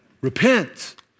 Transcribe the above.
Repent